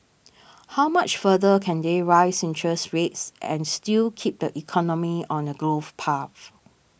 how much further can they raise interest rates and still keep the economy on a growth path